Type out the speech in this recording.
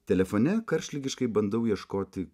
telefone karštligiškai bandau ieškoti